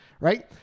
right